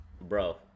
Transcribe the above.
bro